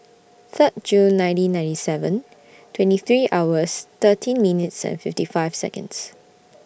Third June nineteen ninety seven twenty three hours thirteen minutes and fifty five Seconds